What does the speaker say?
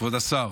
כבוד השר,